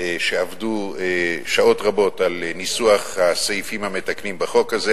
שעבדו שעות רבות על ניסוח הסעיפים המתקנים בחוק הזה.